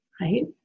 Right